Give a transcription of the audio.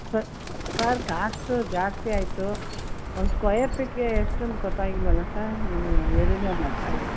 sir sir cost ಜಾಸ್ತಿ ಆಯಿತು ಒಂದು ಸ್ಕ್ವಯರ್ ಫೀಟ್ಗೆ ಎಷ್ಟೂಂತ ಗೊತ್ತಾಗಿಲ್ಲವಲ್ಲ ಸಾರ್ ನೀವು ಹೇಳಿದ್ರು ನಂಗೆ ಅರ್ಥ ಆಗಿಲ್ಲ